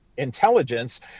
intelligence